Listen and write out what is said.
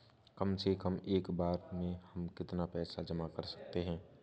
कम से कम एक बार में हम कितना पैसा जमा कर सकते हैं?